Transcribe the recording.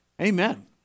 Amen